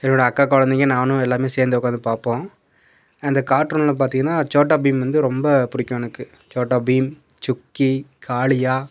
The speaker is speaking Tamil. என்னோடய அக்கா கொழந்தைங்க நானும் எல்லாேருமே சேர்ந்து உட்காந்து பார்ப்போம் அந்த கார்ட்டூனில் பார்த்திங்கன்னா சோட்டா பீம் வந்து ரொம்ப பிடிக்கும் எனக்கு சோட்டா பீம் சுக்கி காளியா